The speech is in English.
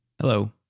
hello